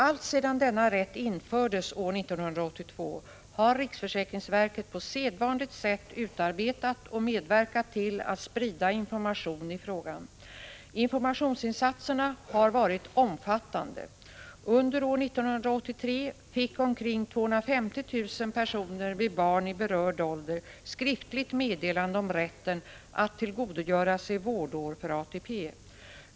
Alltsedan denna rätt infördes — år 1982 — har riksförsäkringsverket på sedvanligt sätt utarbetat och medverkat till att sprida information i frågan. Informationsinsatserna har varit omfattande. Under år 1983 fick omkring 250 000 personer med barn i berörd ålder skriftligt meddelande om rätten att tillgodoräkna sig vårdår för ATP.